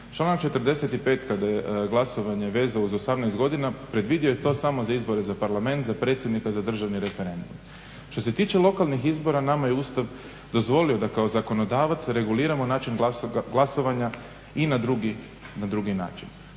Članak 45.kada je glasovanje veza uz 18 godina predvidio je to samo za izbore za parlament za predsjednika, za državni referendum. Što se tiče lokalnih izbora nama je Ustav dozvolio da kao zakonodavac reguliramo način glasovanja i na drugi način.